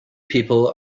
people